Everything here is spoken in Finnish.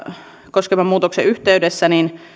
koskevan muutoksen yhteydessä